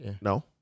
No